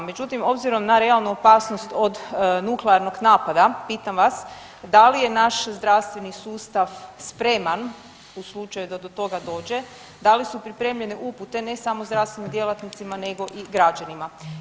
Međutim, obzirom na realnu opasnost od nuklearnog napada pitam vas da li je naš zdravstveni sustav spreman u slučaju da do toga dođe, da li su pripremljene upute ne samo zdravstvenim djelatnicima nego i građanima?